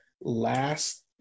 last –